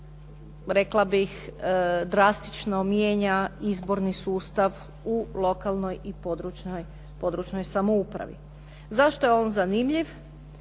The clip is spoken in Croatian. rekla bih drastično mijenja izborni sustav u lokalnoj i područnoj samoupravi. Zašto je on zanimljiv?